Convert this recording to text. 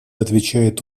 отвечает